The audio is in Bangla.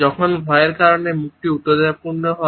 যখন ভয়ের কারণে মুখটি উত্তেজনাপূর্ণ হয়